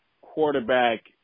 quarterback